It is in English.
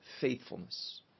faithfulness